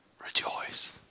rejoice